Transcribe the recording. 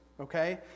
Okay